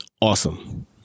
awesome